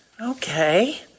okay